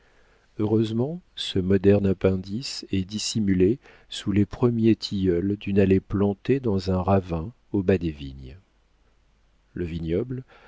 heureusement ce moderne appendice est dissimulé sous les premiers tilleuls d'une allée plantée dans un ravin au bas des vignes le vignoble